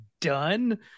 done